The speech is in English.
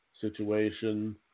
situation